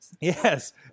yes